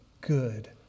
good